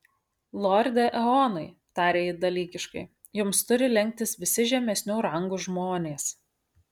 lorde eonai tarė ji dalykiškai jums turi lenktis visi žemesnių rangų žmonės